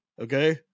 Okay